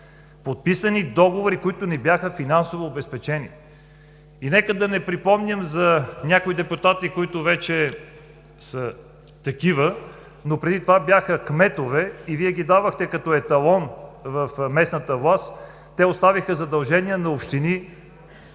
подписани договори, които не бяха финансово обезпечени. Нека да не припомням за някои депутати, които преди това бяха кметове и Вие ги давахте като еталон в местната власт, те оставиха над 20 млн.